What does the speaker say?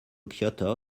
kyoto